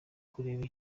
kureba